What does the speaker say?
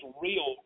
real